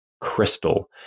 crystal